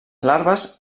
larves